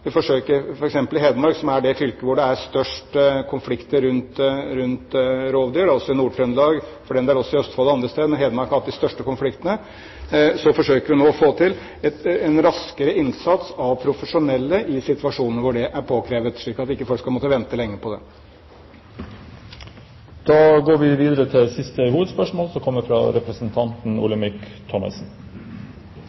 Hedmark, som er det fylket hvor det er størst konflikter rundt rovdyr, men også i Nord-Trøndelag og for den del i Østfold og andre steder – men Hedmark har hatt de største konfliktene – forsøker vi nå å få til en raskere innsats av profesjonelle i situasjoner hvor det er påkrevd, slik at folk ikke skal måtte vente lenge på det. Vi går da videre til siste hovedspørsmål.